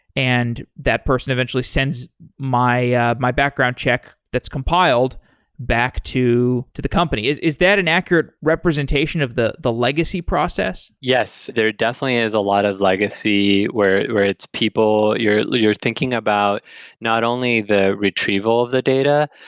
and that person eventually sends my ah my background check that compiled back to to the company. is is that an accurate representation of the the legacy process? yes, there definitely is a lot of legacy where where it's people, you're you're thinking about not only the retrieval of the data,